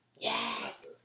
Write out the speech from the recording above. Yes